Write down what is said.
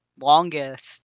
longest